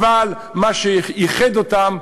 אבל מה שאיחד אותם,